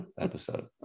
episode